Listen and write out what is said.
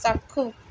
চাক্ষুষ